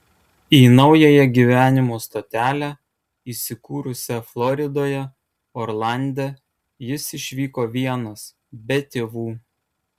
į naująją gyvenimo stotelę įsikūrusią floridoje orlande jis išvyko vienas be tėvų